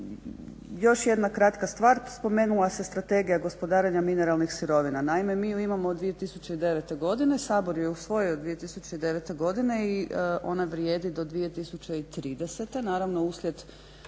Još jedna kratka stvar, spomenula se Strategija gospodarenja mineralnih sirovina. Naime, mi ju imamo od 2009. godine, Sabor ju je usvojio 2010. godine i ona vrijedi do 2030. Naravno, uslijed